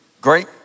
great